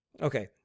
Okay